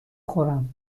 خورم